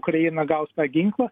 ukraina gaus tą ginklą